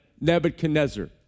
Nebuchadnezzar